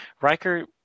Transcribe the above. Riker